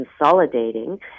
consolidating